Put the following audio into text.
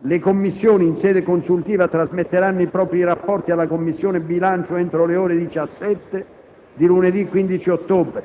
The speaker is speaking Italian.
le Commissioni in sede consultiva trasmetteranno i propri rapporti alla Commissione bilancio entro le ore 17 di lunedì 15 ottobre;